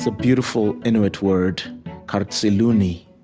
ah beautiful inuit word qarrtsiluni.